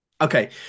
Okay